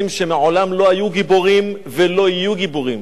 שמעולם לא היו גיבורים ולא יהיו גיבורים.